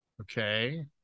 okay